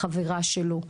החברה שלו,